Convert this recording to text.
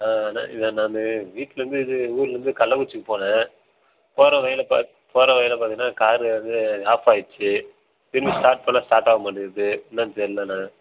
அண்ணா நான் வீட்லந்து இது ஊருலர்ந்து கள்ளக்குறிச்சிக்கு போகிறேன் போகிற வழியில் பார்த்தா போகிற வழியில் பார்த்திங்கன்னா காரு வந்து ஆஃப்பாயிடுச்சு திரும்பி ஸ்டார்ட் பண்ணா ஸ்டார்ட் ஆக மாட்டங்குது என்னான்னு தெரிலண்ணே